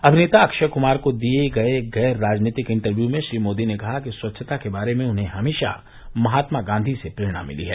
अमिनेता अक्षय कुमार को दिये गैर राजनीतिक इंटरव्यू में श्री मोदी ने कहा की स्वच्छता के बारे में उन्हें हमेशा महात्मा गांधी से प्ररेणा मिली है